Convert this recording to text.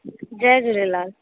Jay Jhulelal